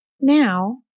Now